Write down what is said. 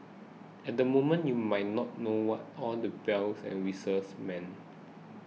at the moment you might not know what all the bells and whistles mean